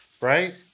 right